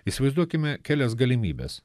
įsivaizduokime kelias galimybes